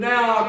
Now